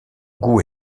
goût